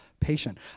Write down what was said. patient